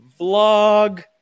vlog